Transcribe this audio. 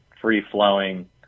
free-flowing